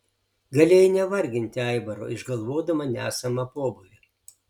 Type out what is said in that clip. galėjai nevarginti aivaro išgalvodama nesamą pobūvį